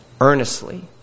Earnestly